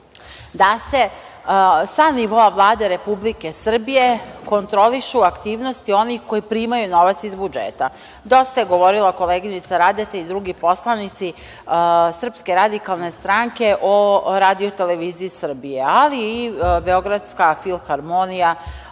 da se, sa nivoa Vlade Republike Srbije, kontrolišu aktivnosti onih koji primaju novac iz budžeta. Dosta su govorili koleginica Radeta i drugi poslanici Srpske radikalne stranke o RTS-u, ali i Beogradska filharmonija,